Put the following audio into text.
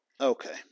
Okay